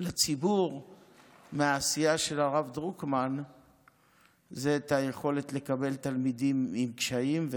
לציבור מהעשייה של הרב דרוקמן זה את היכולת לקבל תלמידים עם קשיים,